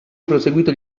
proseguito